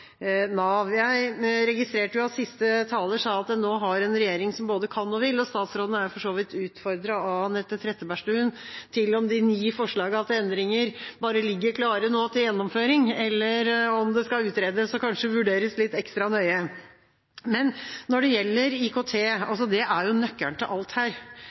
Jeg registrerte at siste taler sa at nå har vi en regjering som både kan og vil, og statsråden er for så vidt utfordret av representanten Anette Trettebergstuen om hvorvidt de ni forslagene til endringer ligger klare til gjennomføring, eller om det skal utredes og kanskje vurderes litt ekstra nøye. Når det gjelder IKT, er det nøkkelen til alt her.